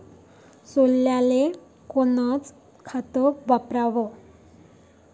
सोल्याले कोनचं खत वापराव?